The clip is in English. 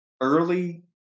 early